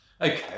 Okay